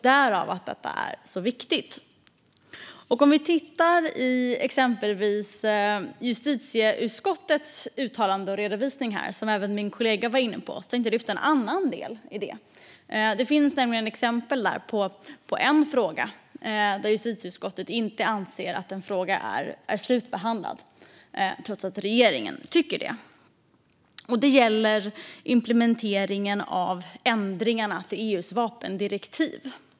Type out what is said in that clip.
Därför är det här betänkandet viktigt. Vi kan titta på exempelvis justitieutskottets uttalande och redovisning här, som även min kollega var inne på. Jag tänkte lyfta fram en annan del i detta, för det finns exempel där på en fråga som justitieutskottet inte anser är slutbehandlad. Det gäller implementeringen av ändringarna av EU:s vapendirektiv.